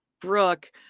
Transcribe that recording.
brooke